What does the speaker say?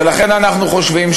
ולכן אנחנו חושבים,